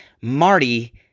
Marty